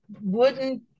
wooden